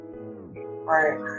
Right